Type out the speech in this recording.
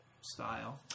style